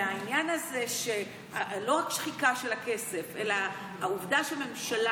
והעניין זה לא רק שחיקה של הכסף אלא העובדה שהממשלה